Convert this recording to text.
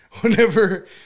Whenever